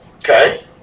Okay